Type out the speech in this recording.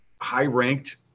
high-ranked